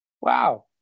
Wow